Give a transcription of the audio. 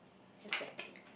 exactly